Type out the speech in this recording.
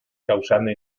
causando